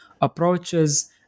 approaches